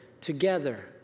together